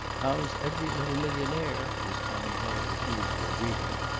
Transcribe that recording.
how's every little millionaire? was tommy hale's usual greeting.